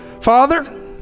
Father